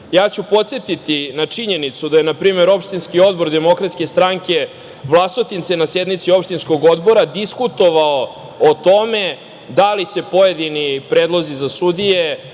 ću podsetiti na činjenicu da je npr. opštinski odbor DS Vlasotince na sednici opštinskog odbora diskutovao o tome da li se pojedini predlozi za sudije,